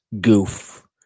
goof